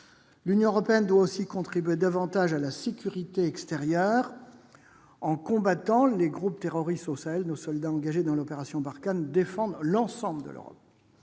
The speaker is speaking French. L'Union européenne doit également contribuer davantage à la sécurité extérieure. En combattant les groupes terroristes au Sahel, nos soldats engagés dans l'opération Barkhane défendent l'ensemble de l'Europe.